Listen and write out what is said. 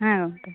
ᱦᱮᱸ ᱜᱚᱝᱠᱮ